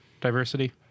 diversity